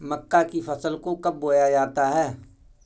मक्का की फसल को कब बोया जाता है?